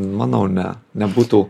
manau ne nebūtų